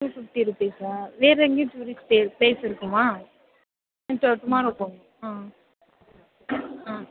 two fifty ரூப்பீஸா வேறு எங்கேயும் டூரிஸ்ட் ப்ளே ப்ளேஸ் இருக்குமா டுமாரோ போகணும் ஆ ஆ